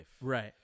Right